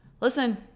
listen